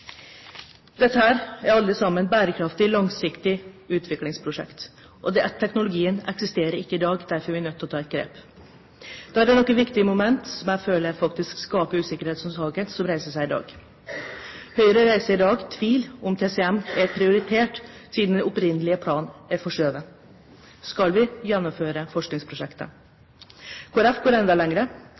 Dette er alle sammen bærekraftige, langsiktige utviklingsprosjekter. Denne teknologien eksisterer ikke i dag, og derfor er vi nødt til å ta et grep. Da er det noen viktige momenter, som jeg føler skaper usikkerhet om saken, som reiser seg i dag. Høyre reiser i dag tvil om TCM er prioritert, siden den opprinnelige planen er forskjøvet. Skal vi gjennomføre forskningsprosjektet? Kristelig Folkeparti går enda